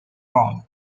rome